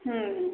ହଁ